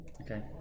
Okay